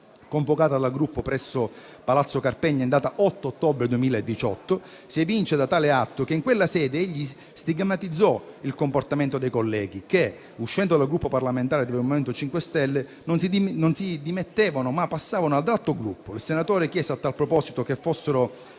convocata dal Gruppo presso Palazzo Carpegna in data 8 ottobre 2018. Si evince da tale atto che in quella sede egli stigmatizzò il comportamento dei colleghi che, uscendo dal Gruppo parlamentare MoVimento 5 Stelle, non si dimettevano, ma passavano ad altro Gruppo. Il senatore chiese a tal proposito che fossero